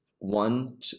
One